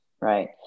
right